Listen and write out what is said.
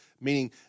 meaning